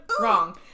Wrong